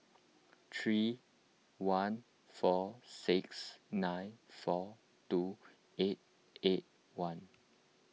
three one four six nine four two eight eight one